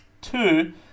Two